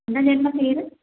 എന്താ നിങ്ങളുടെ പേര്